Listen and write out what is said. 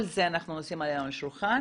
את כל זה אנחנו נשים היום על השולחן,